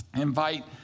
invite